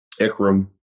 Ikram